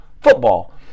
football